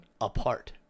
apart